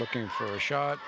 looking for a shot